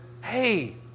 hey